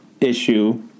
issue –